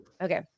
Okay